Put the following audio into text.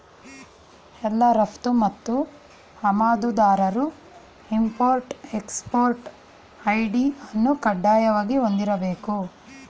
ಎಲ್ಲಾ ರಫ್ತು ಮತ್ತು ಆಮದುದಾರರು ಇಂಪೊರ್ಟ್ ಎಕ್ಸ್ಪೊರ್ಟ್ ಐ.ಡಿ ಅನ್ನು ಕಡ್ಡಾಯವಾಗಿ ಹೊಂದಿರಬೇಕು